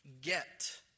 get